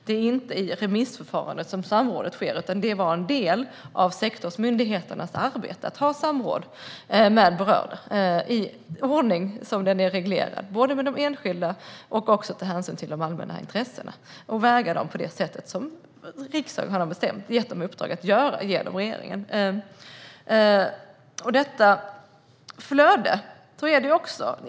Det är inte i remissförfarandet som samrådet sker, utan det var en del av sektorsmyndigheternas arbete att ha samråd med berörda parter i den ordning det är reglerat. Hänsyn ska alltså tas både till de enskilda och de allmänna intressena, och de ska vägas på det sätt riksdagen genom regeringen har gett myndigheterna i uppdrag att väga dem på.